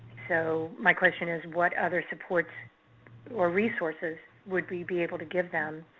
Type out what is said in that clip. so my question is, what other supports or resources would we be able to give them,